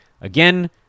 again